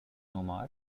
omar